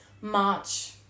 March